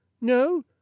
No